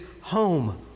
home